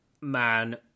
man